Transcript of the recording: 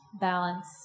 Balance